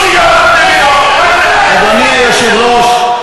אדוני היושב-ראש,